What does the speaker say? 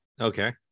Okay